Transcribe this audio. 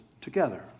together